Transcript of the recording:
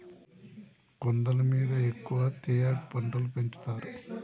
కొండల మీద ఎక్కువ తేయాకు తోటలు పెంచుతారు